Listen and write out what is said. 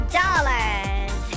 dollars